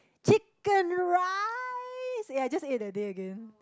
chicken rice eh I just ate that day again